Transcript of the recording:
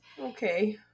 Okay